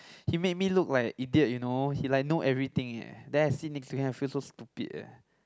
he made me look like idiot you know he like know everything eh then I sit next to him I feel so stupid eh